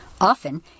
Often